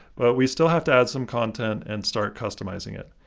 but we still have to add some content and start customizing it.